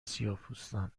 سیاهپوستان